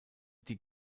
die